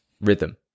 rhythm